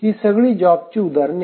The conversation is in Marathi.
ही सगळी जॉबची उदाहरणे आहेत